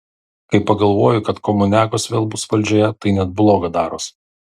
kai pagalvoju kad komuniagos vėl bus valdžioje tai net bloga daros